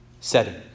setting